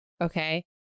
Okay